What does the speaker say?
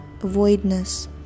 voidness